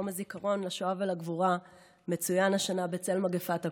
יום הזיכרון לשואה ולגבורה מצוין השנה בצל מגפת הקורונה.